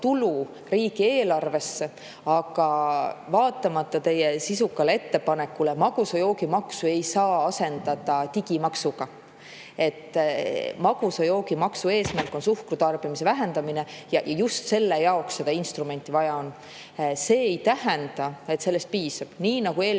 tulu riigieelarvesse. Vaatamata teie sisukale ettepanekule magusa joogi maksu ei saa asendada digimaksuga. Magusa joogi maksu eesmärk on suhkru tarbimise vähendamine, just selle jaoks seda instrumenti vaja on. See ei tähenda, et sellest piisab. Nii nagu eelnevatel